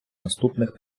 наступних